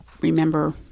remember